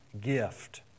gift